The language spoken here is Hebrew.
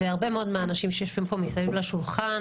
הרבה מאוד מהאנשים שיושבים פה מסביב לשולחן